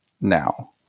now